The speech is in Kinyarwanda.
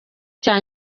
cya